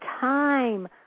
time